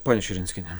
ponia širinskiene